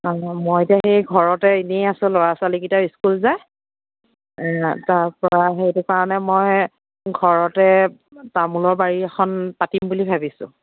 মই এতিয়া এই ঘৰতে এনেই আছোঁ ল'ৰা ছোৱালী কেইটা স্কুল যায় তাৰপৰা সেইটো কাৰণে মই ঘৰতে তামোলৰ বাৰী এখন পাতিম বুলি ভাবিছোঁ